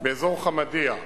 באזור חמדיה,